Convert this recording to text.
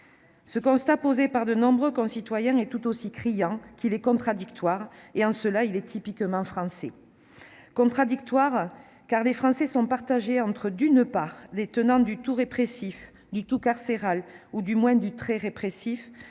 Ce constat, posé par nombre de nos concitoyens, est tout aussi criant qu'il est contradictoire : en cela il est typiquement français ! Il est contradictoire, car les Français sont partagés entre, d'une part, les tenants du tout répressif, du tout carcéral- ou, du moins, du très répressif